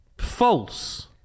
False